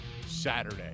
Saturday